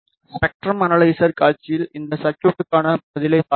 spectrum analyser காட்சியில் இந்த சர்குய்ட்க்கான பதிலைப் பார்ப்போம்